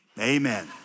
amen